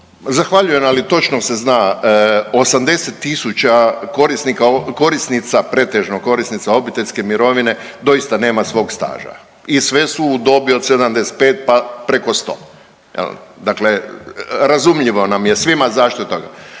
Zahvaljujem, ali točno se zna 80.000 korisnika, korisnica pretežno korisnica obiteljske mirovine doista nema svog staža i sve su u dobi od 75 pa preko 100. Dakle, razumljivo nam je svima zašto je